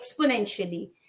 exponentially